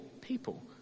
people